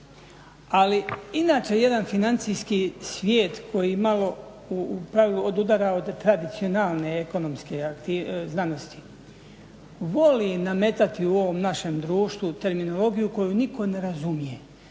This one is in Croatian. ali inače jedan financijski svijet koji malo u pravilu odudara od tradicionalne ekonomske znanosti voli nametati u ovom našem društvu terminologiju koju nitko ne razumije